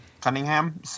Cunningham